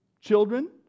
children